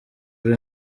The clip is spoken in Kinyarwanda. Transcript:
uri